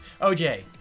OJ